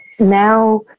now